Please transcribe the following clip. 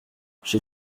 j’ai